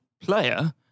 player